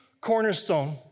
cornerstone